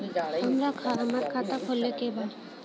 हमार खाता खोले के बा?